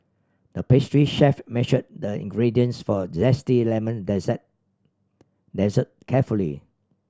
the pastry chef measured the ingredients for a zesty lemon dessert dessert carefully